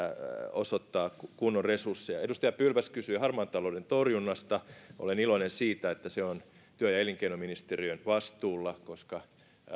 osoittaa kunnon resursseja edustaja pylväs kysyi harmaan talouden torjunnasta olen iloinen siitä että se on työ ja elinkeinoministeriön vastuulla koska